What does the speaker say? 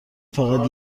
فقط